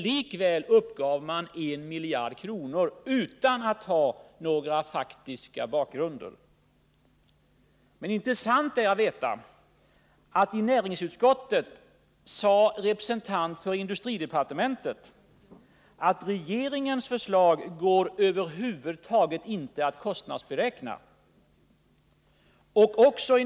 Likväl uppgav man en miljard kronor — utan att ha någon faktabakgrund. Det bör också upplysas om att inför näringsutskottet sade en representant för industridepartementet att regeringens förslag går över huvud taget inte att kostnadsberäkna.